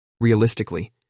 Realistically